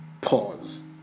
pause